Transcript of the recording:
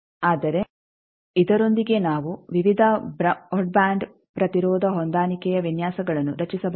ಆದರೆ ಇದರೊಂದಿಗೆ ನಾವು ವಿವಿಧ ಬ್ರಾಡ್ ಬ್ಯಾಂಡ್ ಪ್ರತಿರೋಧ ಹೊಂದಾಣಿಕೆಯ ವಿನ್ಯಾಸಗಳನ್ನು ರಚಿಸಬಹುದು